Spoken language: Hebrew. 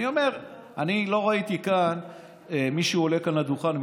אני אומר: אני לא ראיתי מישהו עולה כאן לדוכן,